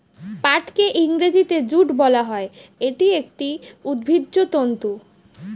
পাটকে ইংরেজিতে জুট বলা হয়, এটি একটি উদ্ভিজ্জ তন্তু